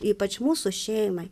ypač mūsų šeimai